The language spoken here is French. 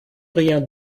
rien